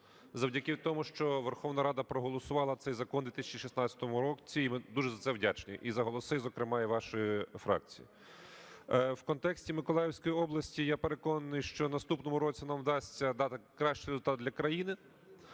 завдяки тому, що Верховна Рада проголосувала цей закон в 2016 році, і ми дуже за це вдячні, і за голоси, зокрема, і вашої фракції. В контексті Миколаївської області. Я переконаний, що в наступному році нам вдасться дати кращий результат для країни.